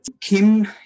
Kim